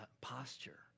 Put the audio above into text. posture